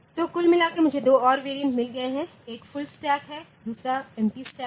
तो कुल मिलाकर मुझे दो और वेरिएंट मिल गए हैं एक फुल स्टैक है दूसरा एमटी स्टैक है